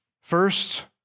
First